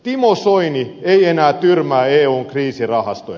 timo soini ei enää tyrmää eun kriisirahastoja